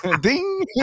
ding